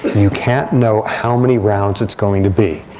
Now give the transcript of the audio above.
you can't know how many rounds it's going to be.